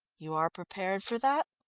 you are prepared for that?